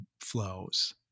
flows